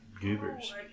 Goobers